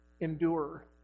Endure